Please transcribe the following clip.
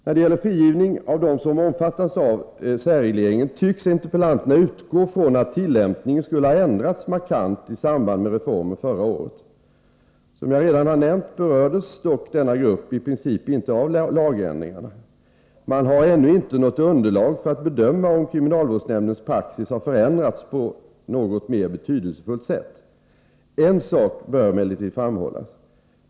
När det gäller frigivning av dem som omfattas av särregleringen tycks interpellanterna utgå från att tillämpningen skulle ha ändrats markant i samband med reformen förra året, Som jag redan har nämnt berördes dock denna grupp i princip inte av lagändringarna. Man har ännu inte något underlag för att bedöma om kriminalvårdsnämndens praxis har förändrats på något mer betydelsefullt sätt. En sak bör emellertid framhållas.